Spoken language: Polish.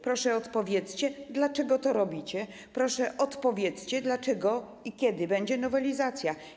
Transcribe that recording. Proszę, odpowiedzcie, dlaczego to robicie; proszę, odpowiedzcie, dlaczego i kiedy będzie nowelizacja.